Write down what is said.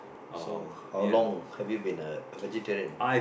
so how long have you been a vegetarian